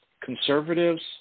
conservatives